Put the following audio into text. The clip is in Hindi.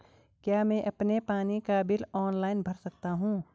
क्या मैं अपना पानी का बिल ऑनलाइन भर सकता हूँ?